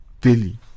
Billy